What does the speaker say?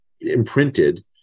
imprinted